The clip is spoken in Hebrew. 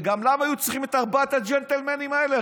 וגם, למה היו צריכים את ארבעת הג'נטלמנים האלה?